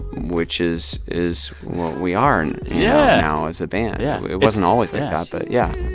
which is is what we are and yeah now as a band. yeah it wasn't always like that but yeah